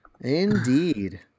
Indeed